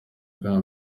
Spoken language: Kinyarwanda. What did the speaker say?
bwa